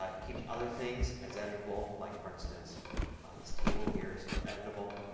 like keeps other things as editable like for instance this table here is still editable.